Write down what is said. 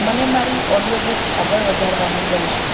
મને મારી audio book આગળ વધારવાનું ગમશે